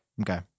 Okay